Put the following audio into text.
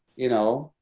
you know,